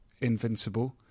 invincible